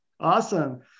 awesome